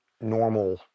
normal